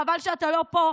חבל שאתה לא פה,